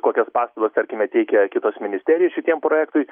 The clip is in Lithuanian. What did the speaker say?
kokias paslaugas tarkime teikia kitos ministerijos šitiem projektui